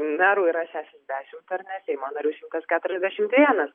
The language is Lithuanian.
merų yra šešiasdešimt ar ne seimo narių šimtas keturiasdešimt vienas